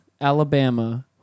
Alabama